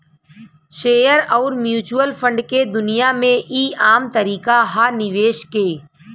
share अउर mutual fund के दुनिया मे ई आम तरीका ह निवेश के